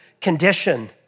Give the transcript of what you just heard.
condition